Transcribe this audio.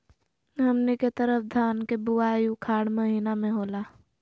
हमनी के तरफ धान के बुवाई उखाड़ महीना में होला